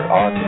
on